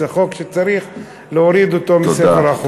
זה חוק שצריך להוריד אותו מספר החוקים.